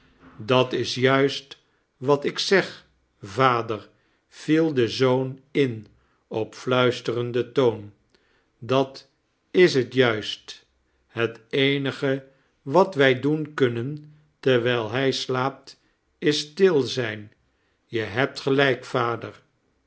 dat is juist wat ik zeg vader viel de zoon in op fluisterenden toon dat is het juist het eenige wat wij doen kunnen terwiji hij slaapt is stil zijn je hebt gelijk vader